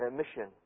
mission